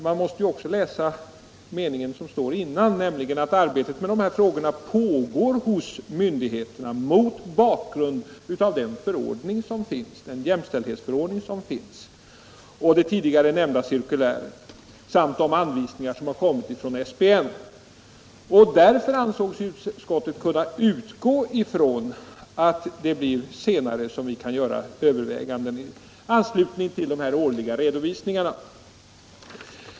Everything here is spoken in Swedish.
Man måste ju också läsa meningen före, nämligen denna: ”Arbetet med dessa frågor pågår hos myndigheterna mot bakgrund av jämställdhetsförordningen och det tidigare nämnda cirkuläret samt SPN:s anvisningar i anslutning härtill.” Därför ansåg sig utskottet kunna utgå från att frågan kan övervägas senare i anslutning till de årliga redovisningarna.